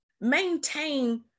maintain